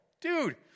dude